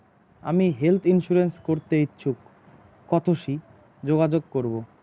আমি health insurance করতে ইচ্ছুক কথসি যোগাযোগ করবো?